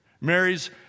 Mary's